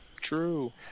True